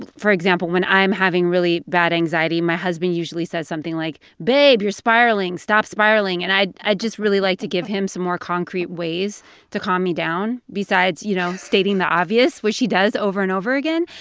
for example, when i'm having really bad anxiety, my husband usually says something like, babe, you're spiraling stop spiraling. and i'd i'd just really like to give him some more concrete ways to calm me down besides, you know, stating the obvious, which he does over and over again.